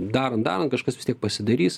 darant darant kažkas vis tiek pasidarys